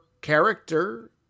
character